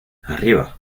arriba